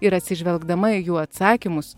ir atsižvelgdama į jų atsakymus